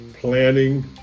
planning